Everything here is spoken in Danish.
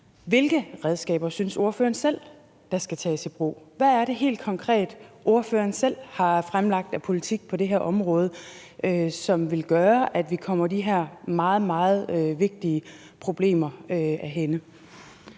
hvilke redskaber ordføreren selv synes der skal tages i brug. Hvad er det helt konkret, ordføreren selv har fremlagt af politik på det her område, som vil gøre, at de her meget, meget vigtige problemer ikke